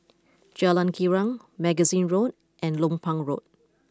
Jalan Girang Magazine Road and Lompang Road